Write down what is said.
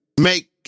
make